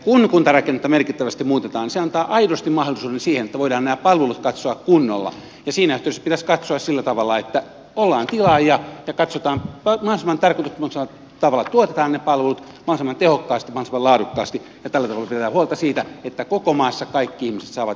kun kuntarakennetta merkittävästi muutetaan se antaa aidosti mahdollisuuden siihen että voidaan nämä palvelut katsoa kunnolla ja siinä yhteydessä pitäisi katsoa sillä tavalla että ollaan tilaajia ja katsotaan että mahdollisimman tarkoituksenmukaisella tavalla tuotetaan ne palvelut mahdollisimman tehokkaasti mahdollisimman laadukkaasti ja tällä tavalla pidetään huolta siitä että koko maassa kaikki ihmiset saavat hyvät palvelut